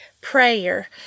prayer